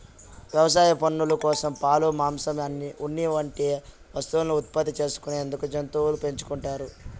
వ్యవసాయ పనుల కోసం, పాలు, మాంసం, ఉన్ని వంటి వస్తువులను ఉత్పత్తి చేసుకునేందుకు జంతువులను పెంచుకుంటారు